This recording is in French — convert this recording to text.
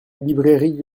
librairie